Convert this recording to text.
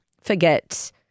forget